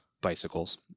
bicycles